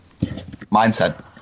Mindset